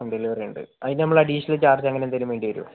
home ഡെലിവറിയുണ്ട് അതിന് നമ്മൾ അഡിഷണൽ ചാർജ് അങ്ങനെ എന്തെങ്കിലും വേണ്ടി വരുമോ